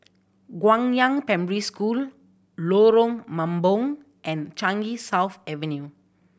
Guangyang Primary School Lorong Mambong and Changi South Avenue